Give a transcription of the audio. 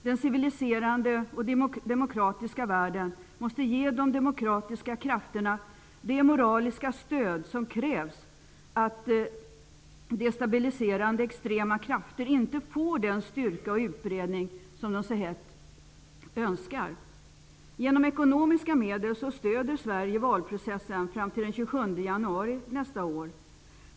Den civiliserade och demokratiska världen måste ge de demokratiska krafterna det moraliska stöd som krävs så att destabiliserande extrema krafter inte får den sytrka och utbredning de så hett önskar. Genom ekonomiska medel stöder Sverige valprocessen fram till den 27 januari 1994.